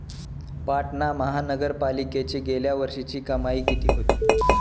पाटणा महानगरपालिकेची गेल्या वर्षीची कमाई किती होती?